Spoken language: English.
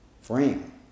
frame